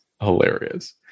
hilarious